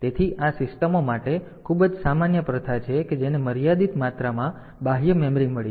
તેથી આ સિસ્ટમો માટે ખૂબ જ સામાન્ય પ્રથા છે કે જેને મર્યાદિત માત્રામાં બાહ્ય મેમરી મળી છે